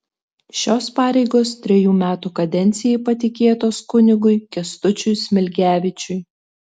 šios pareigos trejų metų kadencijai patikėtos kunigui kęstučiui smilgevičiui